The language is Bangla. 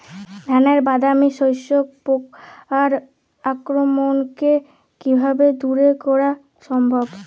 ধানের বাদামি শোষক পোকার আক্রমণকে কিভাবে দূরে করা সম্ভব?